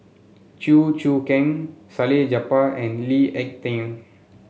Chew Choo Keng Salleh Japar and Lee Ek Tieng